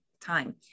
time